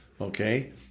Okay